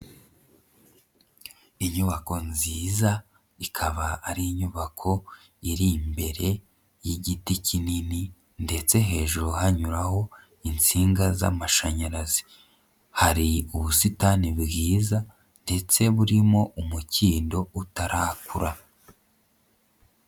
Inyubako nziza ikaba ari inyubako iri imbere y'igiti kinini ndetse hejuru hanyuraho insinga z'amashanyarazi, hari ubusitani bwiza ndetse burimo umukindo utarakura.